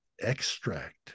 extract